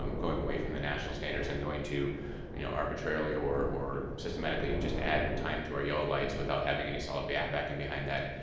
um going away from the national standards and going to you know arbitrarily or or systemically just add time to our yellow lights without having any solid backing behind that,